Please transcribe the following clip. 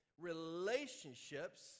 relationships